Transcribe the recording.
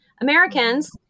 Americans